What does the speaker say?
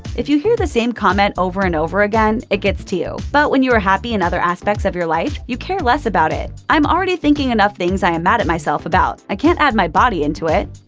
if you hear the same comment over and over again, it gets to you. but when you are happy in other aspects of your life, you care less about it. i'm already thinking enough things i am mad at myself about, i can't my body into it.